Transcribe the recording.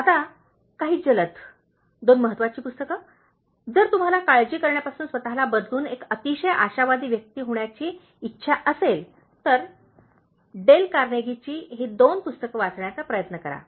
आता काही जलद दोन महत्वाची पुस्तके जर तुम्हाला काळजी करण्यापासून स्वतला बदलून एक अतिशय आशावादी व्यक्ती होण्याची इच्छा असेल तर तर डेल कार्नेगीची ही दोन पुस्तके वाचण्याचा प्रयत्न करा